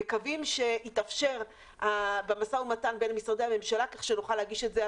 ומקווים שיתאפשר במשא ומתן בין משרדי הממשלה כך שנוכל להגיש את זה.